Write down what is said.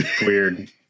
weird